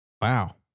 Wow